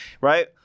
right